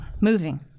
moving